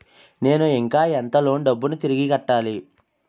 నేను ఇంకా ఎంత లోన్ డబ్బును తిరిగి కట్టాలి?